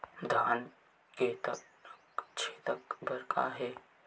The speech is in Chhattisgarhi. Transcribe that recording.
धान के तनक छेदा बर का हे?